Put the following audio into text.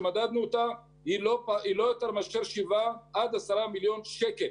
והיא לא יותר מאשר 7 עד 10 מיליון שקל,